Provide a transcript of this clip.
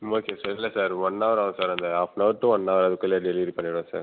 okay sir இல்லை sir one hour ஆகும் sir அந்த ஹாஃபனவர் டூ ஒன் அவர் அதுக்குள்ளே டெலிவரி பண்ணிடுவேன் சார்